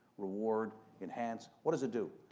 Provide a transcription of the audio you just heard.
reward, enhance? what does it do?